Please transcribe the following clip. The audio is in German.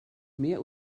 mehr